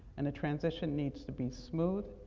and the transition needs to be smooth.